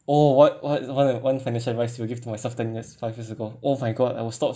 oh what what is one one financial advice you will give to myself ten years five years ago oh my god I will stop